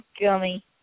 Gummy